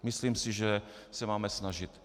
Myslím si, že se máme snažit.